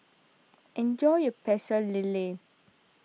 enjoy your Pecel Lele